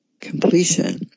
completion